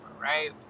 right